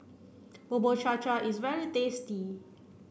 Bubur Cha Cha is very tasty